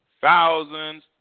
thousands